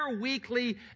weekly